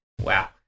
Wow